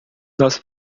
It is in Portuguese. nós